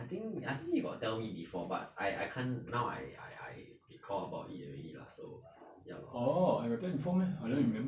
I think I think you got tell me before but I I can't now I I I I recall about it already lah so ya lor mm